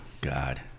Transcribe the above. God